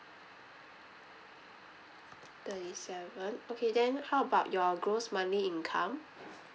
thirty seven okay then how about your gross monthly income